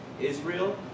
israel